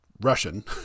russian